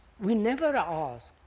we never ask,